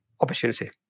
opportunity